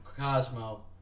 Cosmo